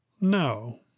no